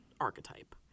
archetype